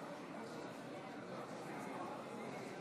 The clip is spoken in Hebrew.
כנסת נכבדה,